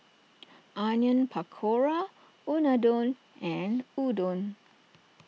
Onion Pakora Unadon and Udon